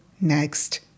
next